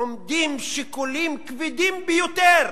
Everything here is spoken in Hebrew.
עומדים שיקולים כבדים ביותר,